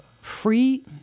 free